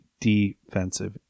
defensive